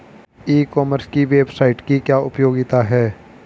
ई commerce की website की क्या उपयोगिता है?